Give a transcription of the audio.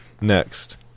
Next